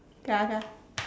okay ah okay ah